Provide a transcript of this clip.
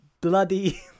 bloody